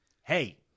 hey